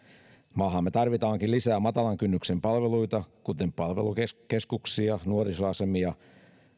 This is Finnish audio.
maahamme tarvitaankin lisää matalan kynnyksen palveluita kuten palvelukeskuksia nuorisoasemia ja